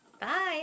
Bye